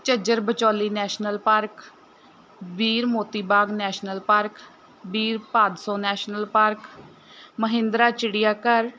Jhajjar Bichauli national park Bir Moti Bagh national park Bir Bhadson national park Mahendra ਚਿੜੀਆ ਘਰ